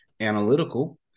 analytical